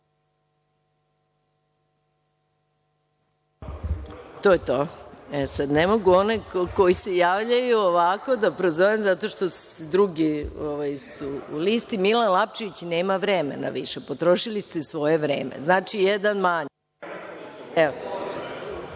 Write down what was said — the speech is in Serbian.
Gojković** Ne mogu one koji se javljaju ovako da prozovem zato što su drugi na listi. Milan Lapčević nema vremena više. Potrošili ste svoje vreme. Znači, jedan manje.